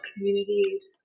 communities